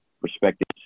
perspectives